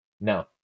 no